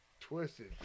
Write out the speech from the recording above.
twisted